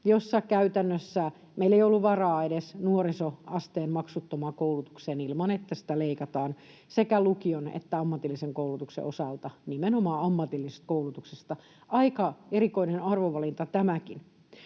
ja käytännössä meillä ei ollut varaa edes nuorisoasteen maksuttomaan koulutuksen ilman, että sitä leikataan sekä lukion että ammatillisen koulutuksen osalta, nimenomaan ammatillisesta koulutuksesta. Aika erikoinen arvovalinta tämäkin.